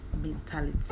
mentality